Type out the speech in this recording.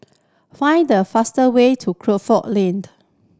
find the fastest way to Crawford